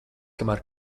kamēr